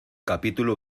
capítulo